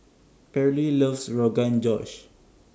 Pearley loves Rogan Josh